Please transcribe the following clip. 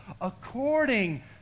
According